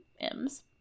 M's